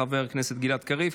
חבר הכנסת גלעד קריב,